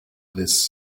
this